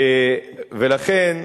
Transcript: לכן,